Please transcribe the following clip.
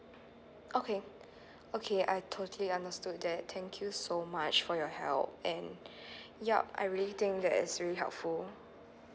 okay okay I totally understood that thank you so much for your help and yup I really think that is really helpful